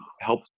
help